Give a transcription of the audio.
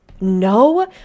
no